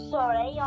Sorry